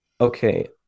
Okay